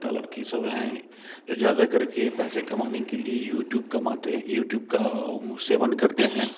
लड़की सब हैं जो ज़्यादा करके पैसे कमाने के लिए यूटुब कमाते यूटुब का सेवन करते हैं